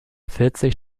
vierzig